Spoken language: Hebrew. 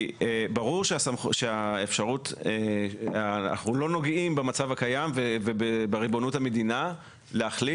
ברור שאנחנו לא נוגעים במצב הקיים ובריבונות המדינה להחליט